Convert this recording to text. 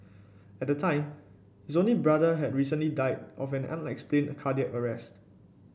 at the time his only brother had recently died of an unexplained cardiac arrest